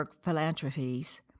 Philanthropies